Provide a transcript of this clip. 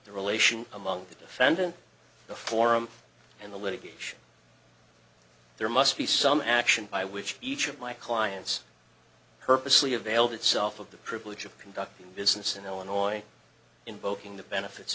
the relation among the defendant the forum and the litigation there must be some action by which each of my clients purposely availed itself of the privilege of conducting business in illinois invoking the